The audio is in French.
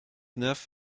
neuf